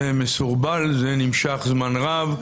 זה מסורבל, זה נמשך זמן רב.